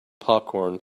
popcorn